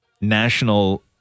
national